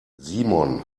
simon